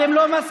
אתם לא מסכימים?